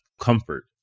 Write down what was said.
comfort